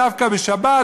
דווקא בשבת,